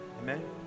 Amen